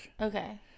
Okay